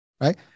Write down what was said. right